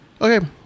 Okay